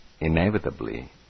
inevitably